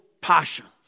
passions